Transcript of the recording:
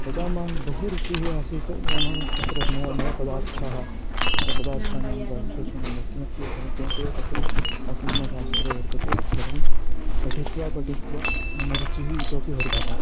तदा मां बहु रुचिः आसीत् नाम तत्र नव नव पदार्थाः अतः पदार्थानां वा विशेषणं वा किमपि वा किमपि वा तत्र अस्ति मम शास्त्रे वर्तते तत् सर्वं पठित्वा पठित्वा मम रुचिः इतोऽपि वर्धिता